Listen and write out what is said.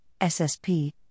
SSP